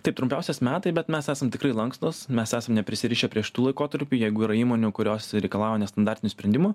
taip trumpiausias metai bet mes esam tikrai lankstūs mes esam neprisirišę prieš šitų laikotarpių jeigu yra įmonių kurios reikalauja nestandartinių sprendimų